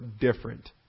different